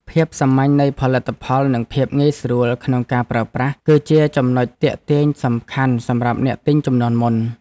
ភាពសាមញ្ញនៃផលិតផលនិងភាពងាយស្រួលក្នុងការប្រើប្រាស់ គឺជាចំណុចទាក់ទាញសំខាន់សម្រាប់អ្នកទិញជំនាន់មុន។